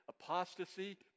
apostasy